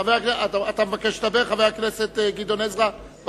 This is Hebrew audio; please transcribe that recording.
חבר הכנסת גדעון עזרא, אתה מבקש לדבר?